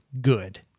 good